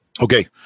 Okay